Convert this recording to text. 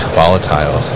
volatile